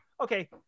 Okay